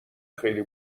خیلی